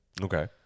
Okay